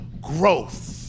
growth